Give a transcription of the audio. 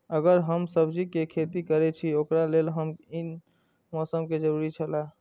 अगर हम सब्जीके खेती करे छि ओकरा लेल के हन मौसम के जरुरी छला?